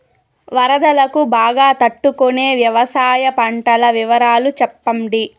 వరదలకు బాగా తట్టు కొనే వ్యవసాయ పంటల వివరాలు చెప్పండి?